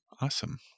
Awesome